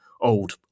old